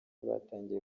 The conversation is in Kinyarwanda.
batangiye